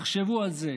תחשבו על זה.